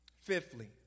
Fifthly